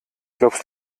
glaubst